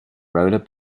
roller